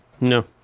No